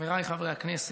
חבריי חברי הכנסת,